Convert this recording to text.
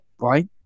Right